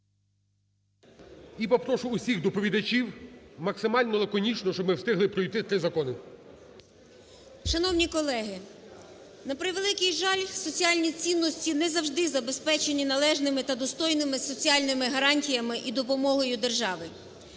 І попрошу усіх доповідачів максимально лаконічно, щоб ми встигли пройти три закони. 17:25:46 ЛУЦЕНКО І.С. Шановні колеги, на превеликий жаль, соціальні цінності не завжди забезпечені належними та достойними соціальними гарантіями і допомогою держави.